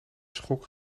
schok